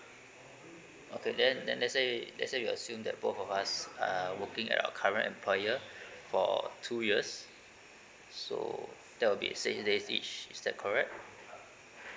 okay then then let's say let's say we assume that both of us are working at our current employer for two years so there will be six days each is that correct